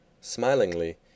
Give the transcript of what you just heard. Smilingly